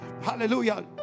hallelujah